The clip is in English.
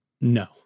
no